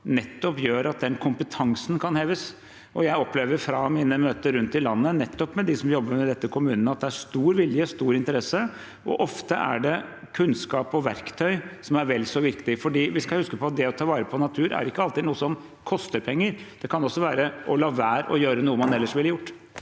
nettopp gjør at den kompetansen kan heves. Jeg opplever, fra mine møter rundt i landet med dem som jobber med dette i kommunene, at det er stor vilje og stor interesse, og ofte er det kunnskap og verktøy som er vel så viktig. Vi skal huske at det å ta vare på natur ikke alltid er noe som koster penger. Det kan også være å la være å gjøre noe man ellers ville gjort.